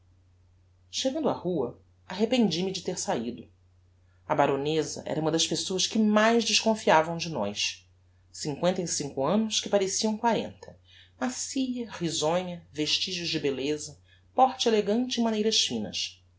chegando á rua arrependi me de ter saído a baroneza era uma das pessoas que mais desconfiavam de nós cincoenta e cinco annos que pareciam quarenta macia risonha vestigios de belleza porte elegante e maneiras finas